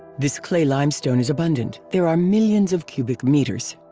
this clay limestone is abundant, there are millions of cubic meters.